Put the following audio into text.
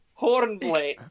hornblade